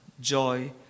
joy